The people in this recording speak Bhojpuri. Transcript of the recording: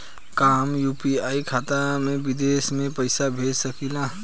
का हम यू.पी.आई खाता से विदेश में पइसा भेज सकिला?